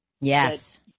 Yes